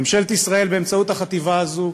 ממשלת ישראל, באמצעות החטיבה הזו,